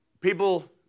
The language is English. people